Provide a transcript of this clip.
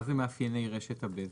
מה זה מאפייני רשת הבזק?